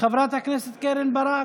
חברת הכנסת קרן ברק,